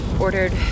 ordered